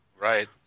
Right